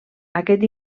aquest